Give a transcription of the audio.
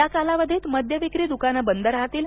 या कालावधीत मद्यविक्री दुकान बंद राहतील